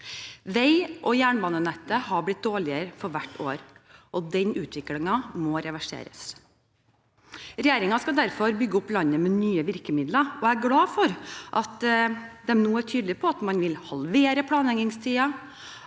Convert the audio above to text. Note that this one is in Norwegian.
Vei- og jernbanenettet har blitt dårligere for hvert år. Denne utviklingen må reverseres. Regjeringen skal derfor bygge opp landet med nye virkemidler, og jeg er glad for at de nå er tydelige på at man vil halvere planleggingstiden,